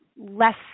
less